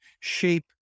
shape